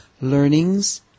learnings